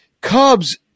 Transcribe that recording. Cubs